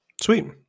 sweet